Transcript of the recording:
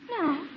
No